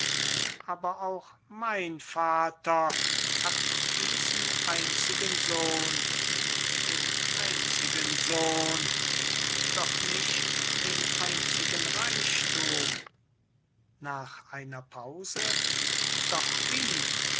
aber auch mein vater hat diesen einzigen sohn den einzigen sohn doch nicht den einzigen reichthum nach einer pause doch wie